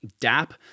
DAP